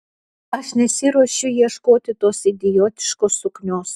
aš nesiruošiu ieškoti tos idiotiškos suknios